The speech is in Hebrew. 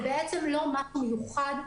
זה בעצם לא משהו מיוחד.